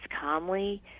calmly